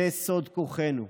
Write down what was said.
זה סוד כוחנו,